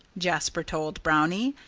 jasper told brownie,